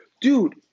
dude